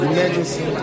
Emergency